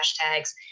hashtags